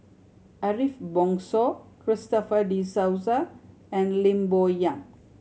Ariff Bongso Christopher De Souza and Lim Bo Yam